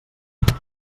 mateu